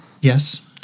Yes